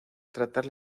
tratar